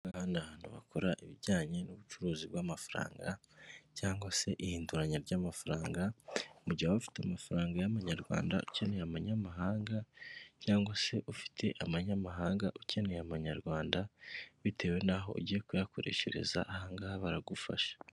Aha ngaha ni ahantu bakorera ibijyanye n'ubucuruzi bw'amafaranga cyangwa se ihinduranya ry'amafaranga mu gihe waba ufite amafaranga y'amanyarwanda ukeneye amanyamahanga cyangwa se ufite amanyamahanga ukeneye amanyarwanda bitewe n'aho ugiye kuyakoreshereza, aha ngaha baragufasha.